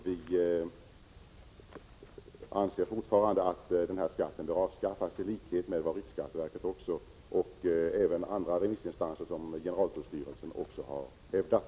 Vi anser fortfarande att den skatten bör avskaffas — i likhet med vad riksskatteverket och även andra remissinstanser, såsom t.ex. generaltullstyrelsen, har hävdat.